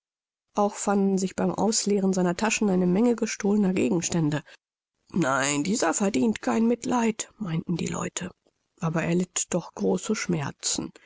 auch fanden sich beim ausleeren seiner taschen eine menge gestohlener gegenstände nein dieser verdient kein mitleid meinten die leute aber er litt doch große schmerzen